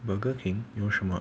burger king 有什么